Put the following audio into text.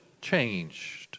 changed